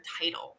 title